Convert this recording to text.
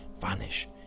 vanish